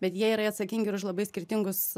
bet jie yra atsakingi ir už labai skirtingus